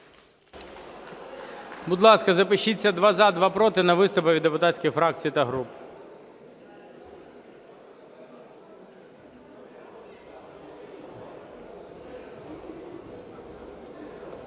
Будь ласка, запишіться: два – за, два – проти, на виступи від депутатських фракцій та груп.